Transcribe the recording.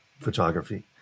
Photography